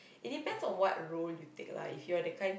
it depends on what role you take lah if you are that kind